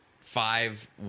five